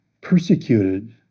persecuted